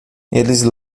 eles